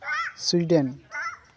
Sweden